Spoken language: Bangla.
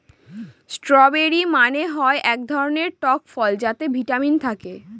স্ট্রওবেরি মানে হয় এক ধরনের টক ফল যাতে ভিটামিন থাকে